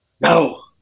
No